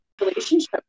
relationship